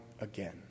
again